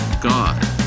god